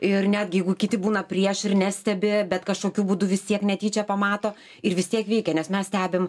ir netgi jeigu kiti būna prieš ir nestebi bet kažkokiu būdu vis tiek netyčia pamato ir vis tiek veikia nes mes stebim